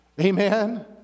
Amen